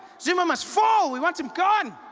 zuma must fall! we want him gone!